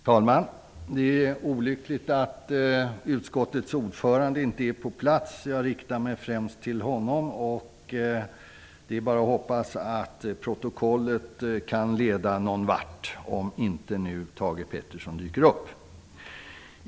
Herr talman! Det är olyckligt att utskottets ordförande inte är på plats. Jag riktar mig främst till honom. Det är bara att hoppas att protokollet kan leda någon vart, om nu Thage G Peterson inte dyker upp.